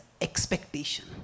expectation